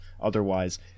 otherwise